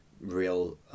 real